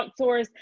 outsource